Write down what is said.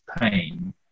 pain